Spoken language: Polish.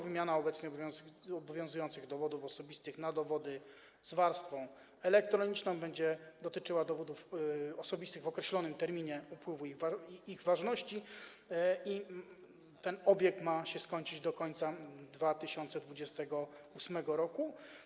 Wymiana obecnie obowiązujących dowodów osobistych na dowody z warstwą elektroniczną będzie dotyczyła dowodów osobistych w określonym terminie upływu ich ważności i ten obieg ma się skończyć do końca 2028 r.